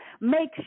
Make